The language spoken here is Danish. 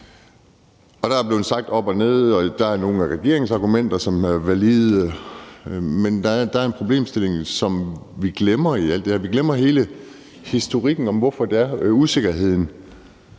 Der er blevet sagt både op og ned, og der er nogle af regeringens argumenter, som er valide, men der er en problemstilling, som vi glemmer i alt det her. Vi glemmer hele historikken om, hvorfor det er sådan